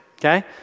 okay